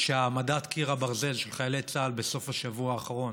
שהעמדת קיר הברזל של חיילי צה"ל בסוף השבוע האחרון,